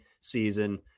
season